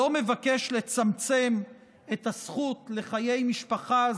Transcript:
לא מבקש לצמצם את הזכות לחיי משפחה,